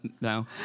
now